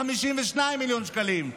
52 מיליון שקלים.